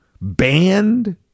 banned